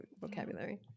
vocabulary